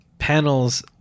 Panels